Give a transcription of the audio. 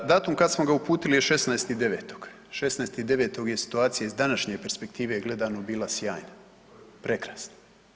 Datum kada smo ga uputili je 16.9. 16.9. je situacija iz današnje perspektive gledano bila sjajna, prekrasna.